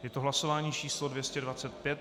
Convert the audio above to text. Je to hlasování číslo 225.